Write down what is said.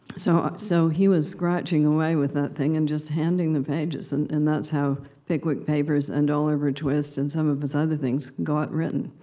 so so, he was scratching away with that thing, and just handing the pages and and that's how pickwick papers and oliver twist and some of his other things got written.